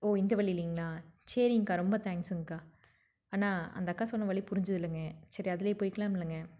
ஒ இந்த வழி இல்லைங்களா சரிங்கக்கா ரொம்ப தேங்க்ஸ்ங்கக்கா அண்ணா அந்த அக்கா சொன்ன வழி புரிஞ்சுதில்லிங்க சரி அதுலே போயிக்கலாமுலங்க